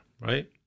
right